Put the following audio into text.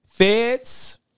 Feds